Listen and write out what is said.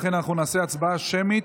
לכן אנחנו נעשה הצבעה שמית.